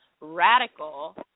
radical